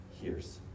hears